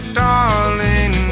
darling